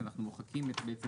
ואנחנו מוחקים בעצם